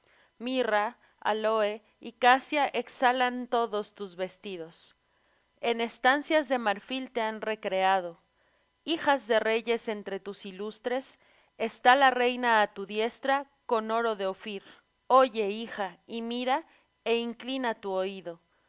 mirra áloe y casia exhalan todos tus vestidos en estancias de marfil te han recreado hijas de reyes entre tus ilustres está la reina á tu diestra con oro de ophir oye hija y mira é inclina tu oído